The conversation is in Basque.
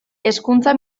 hezkuntza